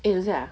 eh 等下